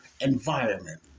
environment